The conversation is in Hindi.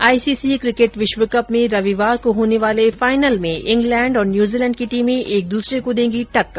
आईसीसी किकेट विश्वकप में रविवार को होने वाले फाइनल में इंग्लैण्ड और न्यूजीलैण्ड की टीमे एक दूसरे को देंगी टक्कर